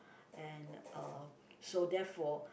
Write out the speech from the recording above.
and uh so therefore